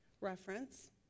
reference